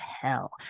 hell